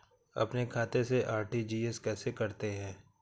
अपने खाते से आर.टी.जी.एस कैसे करते हैं?